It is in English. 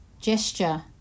gesture